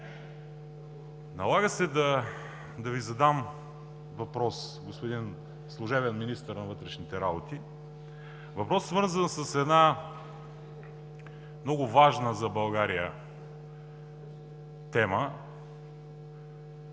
Налага се да Ви задам въпрос, господин Служебен министър на вътрешните работи – въпрос, свързан с една много важна за България тема.